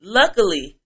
luckily